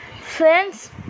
friends